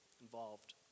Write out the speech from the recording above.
involved